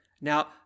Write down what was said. Now